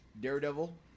Daredevil